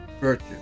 virtue